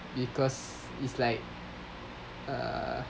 because it's like uh